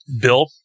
Bill